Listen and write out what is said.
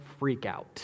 freakout